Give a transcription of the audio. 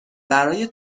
برای